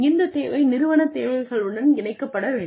இந்த தேவை நிறுவனத் தேவைகளுடன் இணைக்கப்பட வேண்டும்